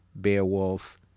Beowulf